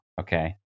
okay